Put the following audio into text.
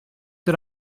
did